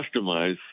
customize